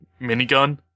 minigun